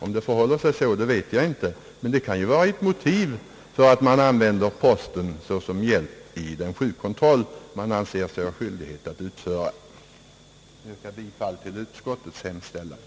Om det förhåller sig så, vet jag inte, men det kan ju vara ett motiv för att använda postverket som hjälp i den sjukkontroll som sjukkassan anser sig ha skyldighet att utföra. Jag yrkar bifall till utskottets hemställan.